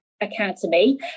Academy